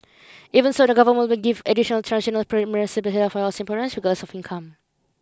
even so the government will give additionaltransitional premium subsidies for your Singaporeans regard of income